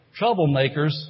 troublemakers